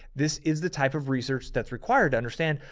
this is the type of research that's required to understand.